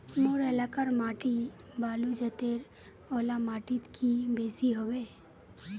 मोर एलाकार माटी बालू जतेर ओ ला माटित की बेसी हबे?